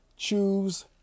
Choose